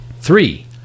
Three